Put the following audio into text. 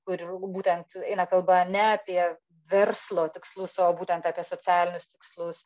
kur būtent eina kalba ne apie verslo tikslus o būtent apie socialinius tikslus